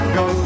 go